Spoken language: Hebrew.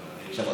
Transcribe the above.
התורה?